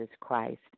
Christ